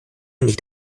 nicht